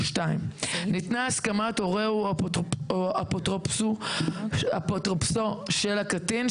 (2)ניתנה הסכמת הורהו או אפוטרופסו של הקטין,